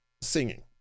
singing